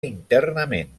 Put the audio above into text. internament